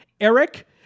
Eric